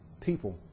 people